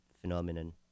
phenomenon